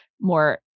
more